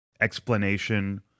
explanation